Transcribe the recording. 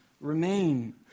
remain